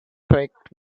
creaked